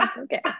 Okay